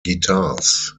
guitars